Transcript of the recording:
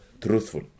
truthful